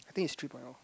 I think is three point oh